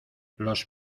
los